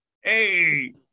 Hey